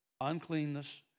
uncleanness